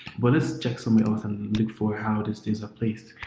but let's check somewhere else and look for how these things are placed.